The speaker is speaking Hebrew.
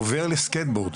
עובר לסקטבורד,